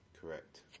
Correct